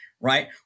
right